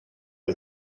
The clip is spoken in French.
est